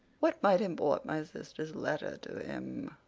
what might import my sister's letter to him?